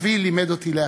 אבי לימד אותי להקשיב,